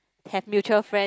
have mutual friend